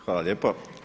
Hvala lijepa.